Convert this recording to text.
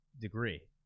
degree